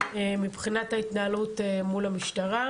מבחינת ההתנהלות מול המשטרה,